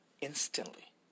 instantly